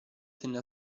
tenne